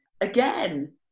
again